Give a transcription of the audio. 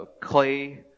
clay